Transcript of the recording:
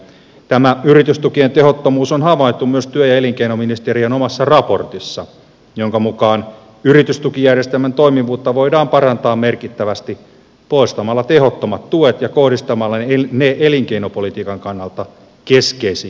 tämä yritystukien tehottomuus on havaittu myös työ ja elinkeinoministeriön omassa raportissa jonka mukaan yritystukijärjestelmän toimivuutta voidaan parantaa merkittävästi poistamalla tehottomat tuet ja kohdistamalla ne elinkeinopolitiikan kannalta keskeisiin kohteisiin